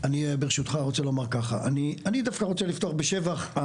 ברשותך, אני רוצה לפתוח דווקא בשבח.